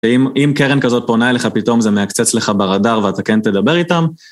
שאם קרן כזאת פונה אליך, פתאום זה מעקצץ לך ברדאר ואתה כן תדבר איתם.